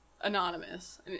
anonymous